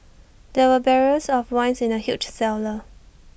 there were barrels of wines in the huge cellar